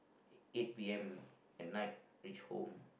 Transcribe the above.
eight P_M at night reach home